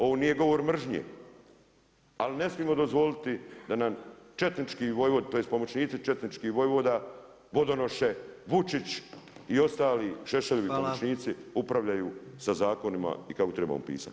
Ovo nije govor mržnje ali ne smijemo dozvoliti da nam četnički vojvoda, tj. pomoćnici četničkih vojvoda, vodonoše Vučić i ostali Šešeljevi pomoćnici upravljaju sa zakonima i kako trebamo pisati.